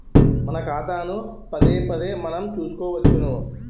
మన ఖాతాను పదేపదే మనం చూసుకోవచ్చును